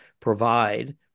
provide